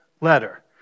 letter